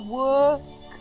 work